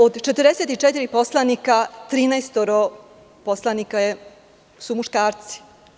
Od 44 poslanika, 13 poslanika su muškarci.